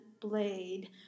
blade